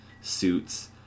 suits